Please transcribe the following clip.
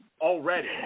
already